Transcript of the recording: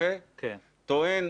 טוען